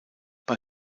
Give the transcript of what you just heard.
bei